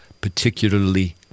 particularly